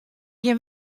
gjin